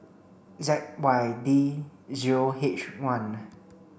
Z Y D zero H one